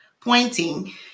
pointing